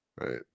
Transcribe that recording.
Right